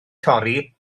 torri